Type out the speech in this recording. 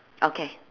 okay